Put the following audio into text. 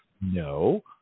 No